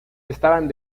estaban